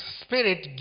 spirit